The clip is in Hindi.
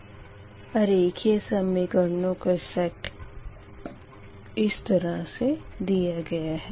f अरेखिये समीकरणों का सेट इस तरह से दिया गया है